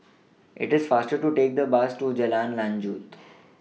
IT IS faster to Take The Bus to Jalan Lanjut